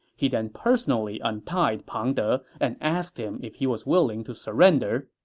he then personally untied pang de and asked him if he was willing to surrender.